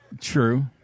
True